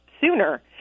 sooner